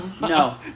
no